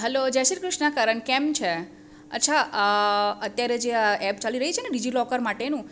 hello જય શ્રી કૃષ્ણ કરન કેમ છે અચ્છા અત્યારે જે એપ ચાલી રહી છે ને ડીજીલોકર માટેનું